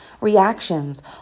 reactions